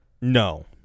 No